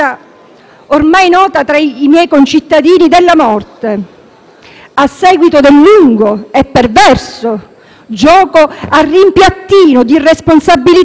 a seguito del lungo e perverso gioco a rimpiattino di responsabilità tra Regioni ed enti provinciali, distratti